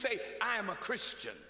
say i am a christian